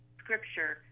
scripture